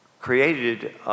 created